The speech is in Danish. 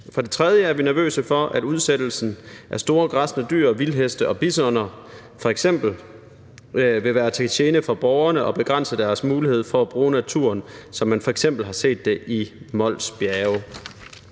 For det tredje er vi nervøse for, at udsættelsen af store græssende dyr, f.eks. vildheste og bisoner, vil være til gene for borgerne og begrænse deres mulighed for at bruge naturen, som man f.eks. har set det i Mols Bjerge.